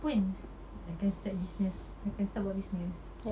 pun s~ akan start business akan start buat business